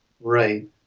Right